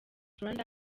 rwanda